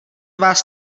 vás